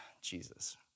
Jesus